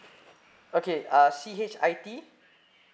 okay uh C H I T